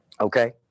Okay